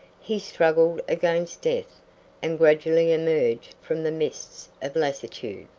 he struggled against death and gradually emerged from the mists of lassitude.